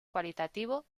cualitativo